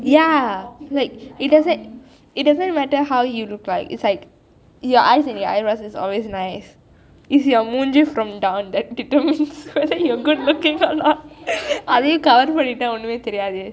ya it doesn't it doesn't matter how how you look like it's like your eyes and eyebrows are always right it's your முஞ்சி:munji from down then அதையும்:athaiyum cover பன்னிட்டா ஒன்னுமே தெரியாது:pannitha onnumei theriyathu